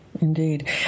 Indeed